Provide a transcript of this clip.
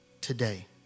today